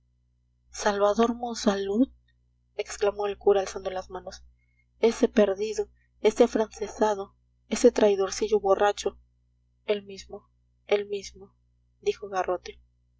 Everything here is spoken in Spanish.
salvador monsalud exclamó el cura alzando las manos ese perdido ese afrancesado ese traidorcillo borracho el mismo el mismo dijo